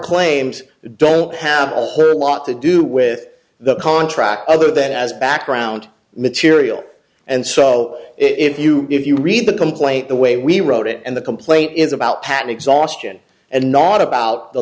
claims don't have a lot to do with the contract other than as background material and so if you if you read the complaint the way we wrote it and the complaint is about patent exhaustion and not about the